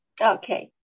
Okay